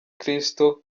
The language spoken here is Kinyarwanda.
kristo